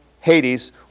Hades